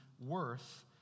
worth